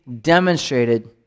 demonstrated